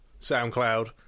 soundcloud